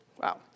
Wow